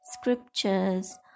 scriptures